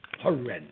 Horrendous